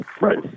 Right